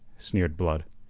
sneered blood.